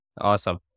Awesome